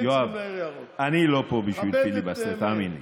יואב, אני לא פה בשביל פיליבסטר, תאמין לי.